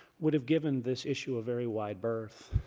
would have given this issue a very wide berth,